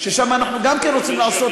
שגם שם אנחנו רוצים לעשות,